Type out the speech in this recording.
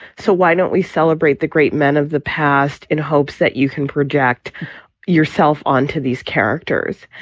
so why don't we celebrate the great men of the past in hopes that you can project yourself onto these characters?